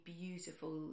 beautiful